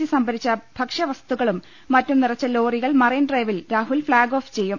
C സംഭ രിച്ച ഭക്ഷ്യവസ്തുക്കളും മറ്റും നിറച്ച ലോറികൾ മറൈൻ ഡ്രൈവിൽ രാഹുൽ ഫ്ളാഗ് ഓഫ് ചെയ്യും